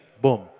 Boom